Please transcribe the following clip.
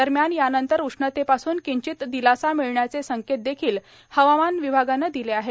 दरम्यान यानंतर उष्णतेपासून किंचित दिलासा मिळण्याचे संकेत देखील हवामान विभागानं दिले आहेत